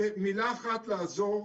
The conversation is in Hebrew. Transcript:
במילה אחת לעזור